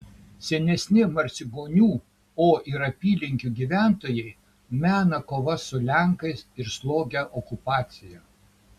senesni marcinkonių o ir apylinkių gyventojai mena kovas su lenkais ir slogią okupaciją